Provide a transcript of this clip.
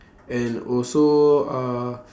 and also uh